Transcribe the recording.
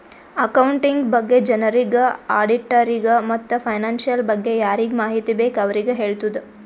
accounting ಬಗ್ಗೆ ಜನರಿಗ್, ಆಡಿಟ್ಟರಿಗ ಮತ್ತ್ ಫೈನಾನ್ಸಿಯಲ್ ಬಗ್ಗೆ ಯಾರಿಗ್ ಮಾಹಿತಿ ಬೇಕ್ ಅವ್ರಿಗ ಹೆಳ್ತುದ್